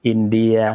India